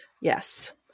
Yes